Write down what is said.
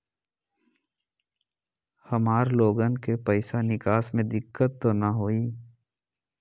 हमार लोगन के पैसा निकास में दिक्कत त न होई?